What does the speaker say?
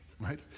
right